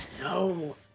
No